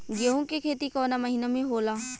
गेहूँ के खेती कवना महीना में होला?